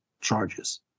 charges